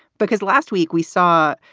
because last week we saw,